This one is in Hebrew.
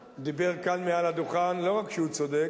חבר הכנסת כץ דיבר כאן מעל הדוכן, לא רק שהוא צודק